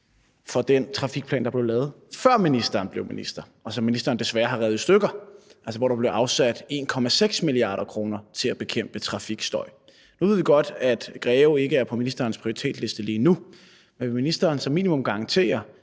fra den trafikplan, der blev lavet, før ministeren blev minister, og som ministeren desværre har revet i stykker, hvor der blev afsat 1,6 mia. kr. til at bekæmpe trafikstøj. Nu ved vi godt, at Greve ikke er på ministerens prioritetsliste lige nu, men vil ministeren som minimum garantere,